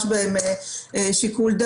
האלה שהובעו חששות מהם ועל הנושאים שבחנו.